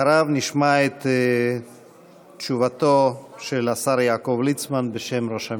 אחריו נשמע את תשובתו של השר יעקב ליצמן בשם ראש הממשלה.